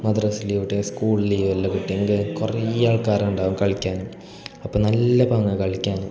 മദ്രസ്സ leave കിട്ടിയാൽ school leave അല്ല കുട്ടിയാൻ എന്ത് കുറേ ആൾക്കാരുണ്ടാകും കളിയ്ക്കാൻ അപ്പം നല്ല പാങ്ങാ കളിയ്ക്കാൻ